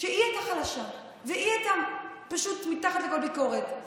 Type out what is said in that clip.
שהיא הייתה חלשה והיא הייתה מתחת לכל ביקורת.